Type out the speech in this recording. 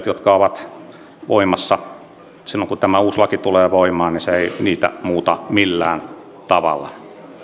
jotka ovat voimassa silloin kun tämä uusi laki tulee voimaan muuta millään tavalla